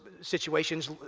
situations